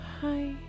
Hi